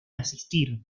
asistir